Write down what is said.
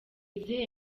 izihe